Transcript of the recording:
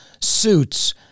suits